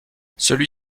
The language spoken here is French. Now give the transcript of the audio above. celui